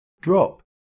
Drop